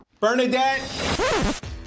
Bernadette